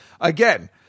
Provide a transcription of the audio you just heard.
again